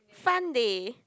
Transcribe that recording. Sunday